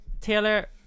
Taylor